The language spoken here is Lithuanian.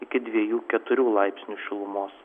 iki dviejų keturių laipsnių šilumos